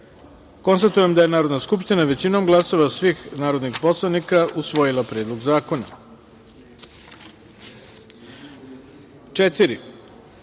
poslanik. Konstatujem da je Narodna skupština, većinom glasova svih narodnih poslanika, usvojila Predlog zakona. Prelazimo